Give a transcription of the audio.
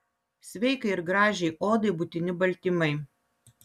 sveikai ir gražiai odai būtini baltymai